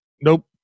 Nope